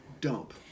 dump